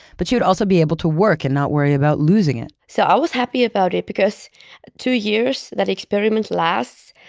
but she would also be able to work and not worry about losing it. so, i was happy about it because two years that experiment lasts,